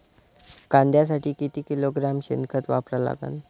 कांद्यासाठी किती किलोग्रॅम शेनखत वापरा लागन?